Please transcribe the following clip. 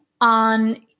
on